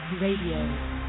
Radio